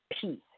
peace